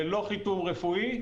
ללא חיתום רפואי,